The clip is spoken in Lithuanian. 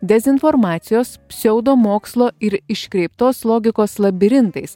dezinformacijos pseudomokslo ir iškreiptos logikos labirintais